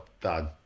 done